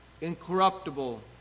incorruptible